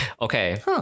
Okay